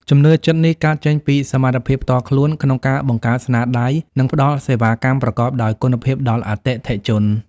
ជំនឿចិត្តនេះកើតចេញពីសមត្ថភាពផ្ទាល់ខ្លួនក្នុងការបង្កើតស្នាដៃ និងផ្តល់សេវាកម្មប្រកបដោយគុណភាពដល់អតិថិជន។